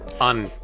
On